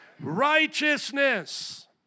Righteousness